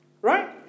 Right